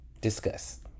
discuss